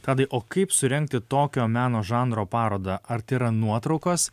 tadai o kaip surengti tokio meno žanro parodą ar tai yra nuotraukos